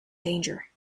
danger